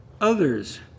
others